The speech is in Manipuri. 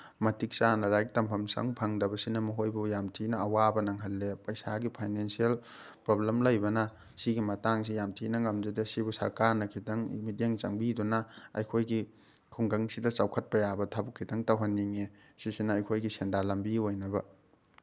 ꯃꯇꯤꯛ ꯆꯥꯅ ꯂꯥꯏꯔꯤꯛ ꯇꯝꯐꯝꯁꯪ ꯐꯪꯗꯕꯁꯤꯅ ꯃꯈꯣꯏꯕꯨ ꯌꯥꯝ ꯊꯤꯅ ꯑꯋꯥꯕ ꯅꯪꯍꯜꯂꯦ ꯄꯩꯁꯥꯒꯤ ꯐꯩꯅꯥꯟꯁꯤꯌꯦꯜ ꯄ꯭ꯔꯣꯕ꯭ꯂꯦꯝ ꯂꯩꯕꯅ ꯁꯤꯒꯤ ꯃꯇꯥꯡꯁꯦ ꯌꯥꯝ ꯊꯤꯅ ꯉꯝꯖꯗꯦ ꯁꯤꯕꯨ ꯁꯔꯀꯥꯔꯅ ꯈꯤꯇꯪ ꯃꯤꯠꯌꯦꯡ ꯆꯪꯕꯤꯗꯨꯅ ꯑꯩꯈꯣꯏꯒꯤ ꯈꯨꯡꯒꯪꯁꯤꯗ ꯆꯥꯎꯈꯠꯄ ꯌꯥꯕ ꯊꯕꯛ ꯈꯤꯇꯪ ꯇꯧꯍꯟꯅꯤꯡꯉꯤ ꯁꯤꯁꯤꯅ ꯑꯩꯈꯣꯏꯒꯤ ꯁꯦꯟꯗꯥꯟ ꯂꯝꯕꯤ ꯑꯣꯏꯅꯕ